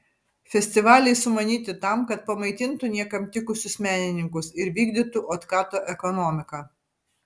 festivaliai sumanyti tam kad pamaitintų niekam tikusius menininkus ir vykdytų otkato ekonomiką